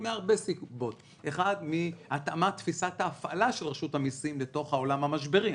מהרבה סיבות: 1. מהתאמת תפיסת ההפעלה של רשות המסים לתוך העולם המשברי.